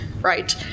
right